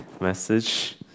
message